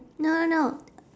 no no